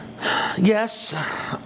Yes